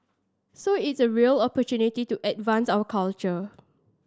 so it's a real opportunity to advance our culture